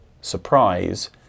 surprise